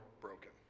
broken